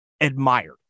admired